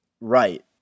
right